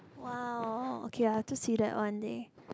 !wow! okay I will just see that one day